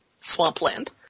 swampland